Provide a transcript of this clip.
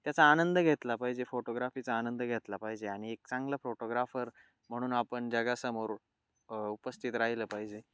त्याचा आनंद घेतला पाहिजे फोटोग्राफीचा आनंद घेतला पाहिजे आणि एक चांगलं फोटोग्राफर म्हणून आपण जगासमोर उपस्थित राहिलं पाहिजे